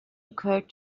occurred